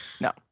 No